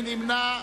מי נמנע?